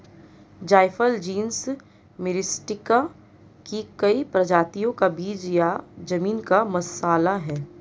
जायफल genus Myristica की कई प्रजातियों का बीज या जमीन का मसाला है